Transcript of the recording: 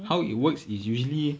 how it works is usually